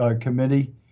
committee